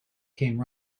came